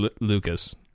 Lucas